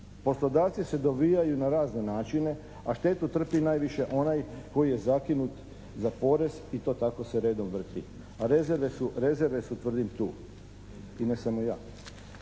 Poslodavci se dovijaju na razne načine, a štetu trpi najviše onaj koji je zakinut za porez i to tako se redom vrti, a rezerve su tvrdim tu. I ne samo ja.